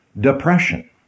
depression